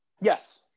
Yes